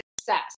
success